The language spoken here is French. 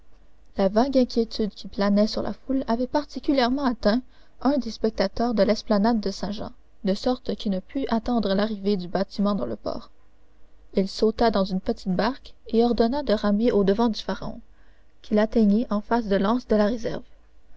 la vague inquiétude qui planait sur la foule avait particulièrement atteint un des spectateurs de l'esplanade de saint-jean de sorte qu'il ne put attendre l'entrée du bâtiment dans le port il sauta dans une petite barque et ordonna de ramer au-devant du pharaon qu'il atteignit en face de l'anse de la réserve